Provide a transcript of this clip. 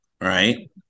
right